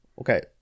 Okay